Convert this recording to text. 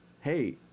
hey